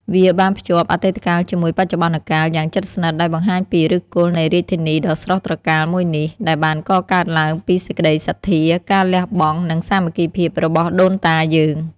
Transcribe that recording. វាបានភ្ជាប់ អតីតកាលជាមួយបច្ចុប្បន្នកាល យ៉ាងជិតស្និទ្ធ ដោយបង្ហាញពី ឫសគល់នៃរាជធានីដ៏ស្រស់ត្រកាលមួយនេះ ដែលបានកកើតឡើងពីសេចក្តីសទ្ធា ការលះបង់ និងសាមគ្គីភាពរបស់ដូនតាយើង។